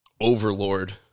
overlord